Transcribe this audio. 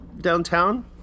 downtown